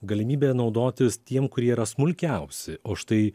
galimybę naudotis tiem kurie yra smulkiausi o štai